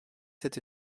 cette